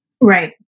Right